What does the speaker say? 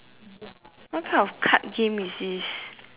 what type of card game is this